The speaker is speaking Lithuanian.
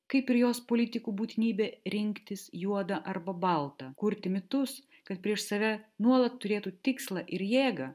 kaip ir jos politikų būtinybė rinktis juodą arba baltą kurti mitus kad prieš save nuolat turėtų tikslą ir jėgą